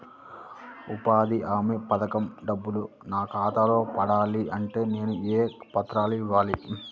ఉపాధి హామీ పథకం డబ్బులు నా ఖాతాలో పడాలి అంటే నేను ఏ పత్రాలు ఇవ్వాలి?